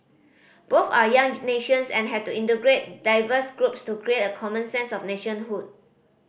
both are young nations and had to integrate diverse groups to create a common sense of nationhood